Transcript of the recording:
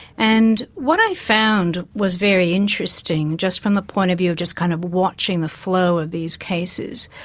and what i found was very interesting, just from the point of view of just kind of watching the flow of these cases.